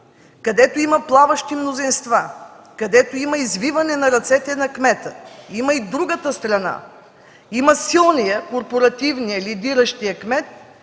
където има плаващи мнозинства, където има извиване на ръцете на кмета. Има я и другата страна – има силния, корпоративния, лидиращия кмет,